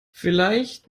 vielleicht